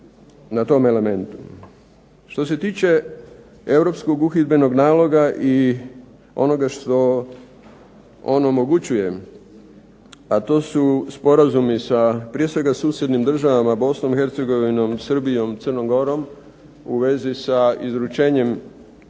na tom elementu. Što se tiče Europskog uhidbenog naloga i onoga što on omogućuje, a to su sporazumi prije svega sa susjednim državama, Bosnom i Hercegovinom, Srbijom i Crnom gorom u vezi sa izručenjem